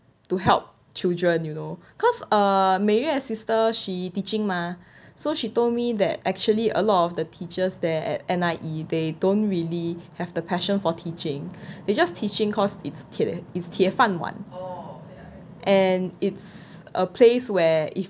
to help children you know cause uh 每月 sister she teaching mah so she told me that actually a lot of the teachers there at N_I_E they don't really have the passion for teaching they just teaching cause it's the~ it's 铁饭碗 or and it's a place where